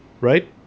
right